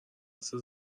مثل